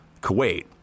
Kuwait